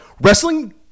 wrestling